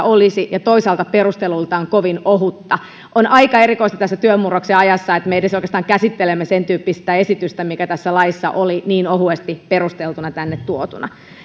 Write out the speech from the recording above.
olisi ja toisaalta perusteluiltaan kovin ohutta on aika erikoista tässä työn murroksen ajassa että me oikeastaan edes käsittelemme sentyyppistä esitystä mikä tässä laissa oli niin ohuesti perusteltuna tänne tuotu